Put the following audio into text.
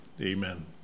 Amen